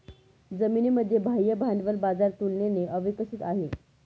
जर्मनीमध्ये बाह्य भांडवल बाजार तुलनेने अविकसित आहे